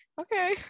Okay